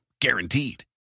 guaranteed